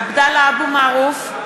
(קוראת בשמות חברי הכנסת) עבדאללה אבו מערוף,